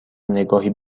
نگاهی